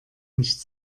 nicht